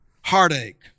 heartache